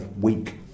weak